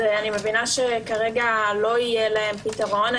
אני מבינה שכרגע לא יהיה להם פתרון.